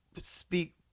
speak